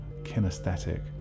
kinesthetic